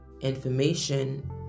information